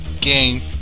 game